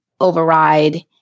override